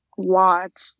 watch